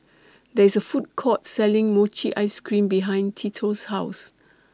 There IS A Food Court Selling Mochi Ice Cream behind Tito's House